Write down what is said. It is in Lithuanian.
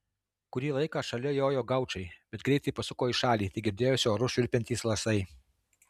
kurį laiką šalia jojo gaučai bet greitai pasuko į šalį tik girdėjosi oru švilpiantys lasai